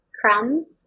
crumbs